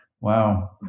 wow